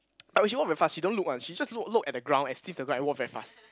but she walk very fast she don't look [one] she just look look at the ground and see if the walk very fast